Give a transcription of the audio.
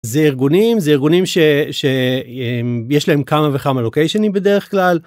זה ארגונים זה ארגונים שיש להם כמה וכמה לוקיישנים בדרך כלל.